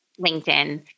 LinkedIn